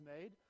made